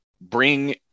bring